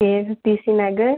ASBC Nagar